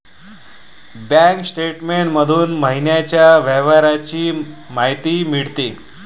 bank statement मधून महिन्याच्या व्यवहारांची माहिती मिळते